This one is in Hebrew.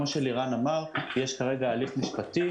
כפי שלירן שפיגל אמר, יש כרגע הליך משפטי.